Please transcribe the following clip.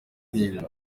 hino